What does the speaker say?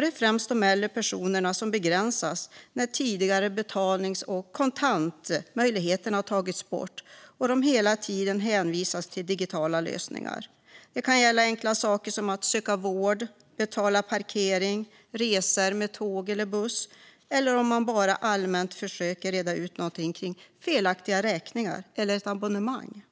Det är främst äldre personer som begränsas när tidigare betalnings och kontantmöjligheter har tagits bort och de hela tiden hänvisas till digitala lösningar. Det kan gälla enkla saker som att söka vård eller betala parkering eller resor med tåg eller buss eller att bara allmänt försöka reda ut något kring en felaktig räkning eller ett abonnemang.